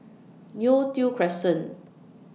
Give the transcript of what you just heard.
Neo Tiew Crescent